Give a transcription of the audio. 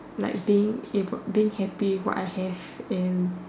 like being able being happy with what I have and